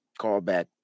callback